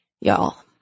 y'all